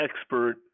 expert